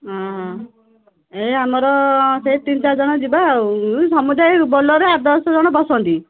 ହଁ ହଁ ଏଇ ଆମର ସେଇ ତିନି ଚାରିଜଣ ଯିବା ଆଉ ସମୁଦାୟ ବୋଲେରୋରେ ଆଠ ଦଶଜଣ ବସନ୍ତି